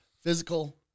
physical